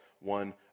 one